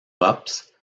rops